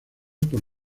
por